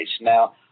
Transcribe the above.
Now